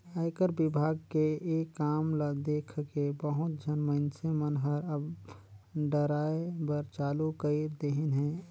आयकर विभाग के ये काम ल देखके बहुत झन मइनसे मन हर अब डराय बर चालू कइर देहिन हे